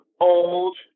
old